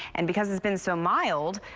and because it's been so mild,